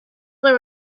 there